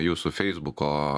jūsų feisbuko